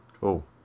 Cool